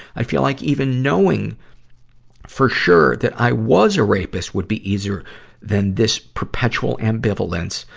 i feel like even knowing for sure that i was a rapist would be easier than this perpetual ambivalence.